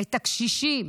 את הקשישים,